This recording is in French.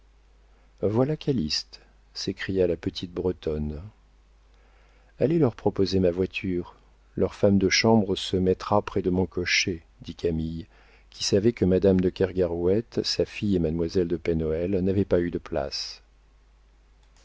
voilà calyste s'écria la petite bretonne allez leur proposer ma voiture leur femme de chambre se mettra près de mon cocher dit camille qui savait que madame de kergarouët sa fille et mademoiselle de pen hoël n'avaient pas eu de places